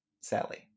Sally